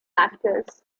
actors